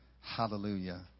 Hallelujah